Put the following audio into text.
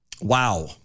Wow